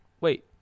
Wait